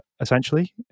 essentially